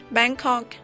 Bangkok